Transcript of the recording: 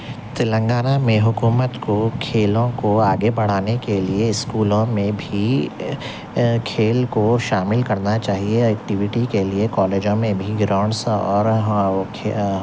تلنگانہ میں حکومت کو کھیلوں کو آگے بڑھانے کے لیے اسکولوں میں بھی کھیل کو شامل کرنا چاہیے ایکٹیویٹی كے لیے كالجوں میں بھی گراؤنڈس اور